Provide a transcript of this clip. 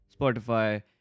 Spotify